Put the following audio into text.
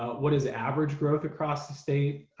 what is average growth across the state?